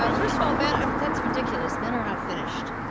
ah first of all, men that's ridiculous, men are not finished.